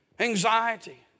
anxiety